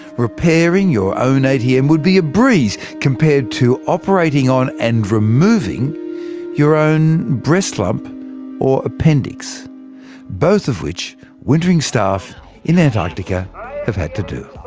repairing your own atm would be a breeze compared to operating on, and removing your own breast lump or appendix both of which wintering staff in antarctica have had to do